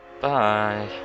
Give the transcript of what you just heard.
Bye